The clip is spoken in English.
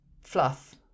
fluff